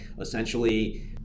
essentially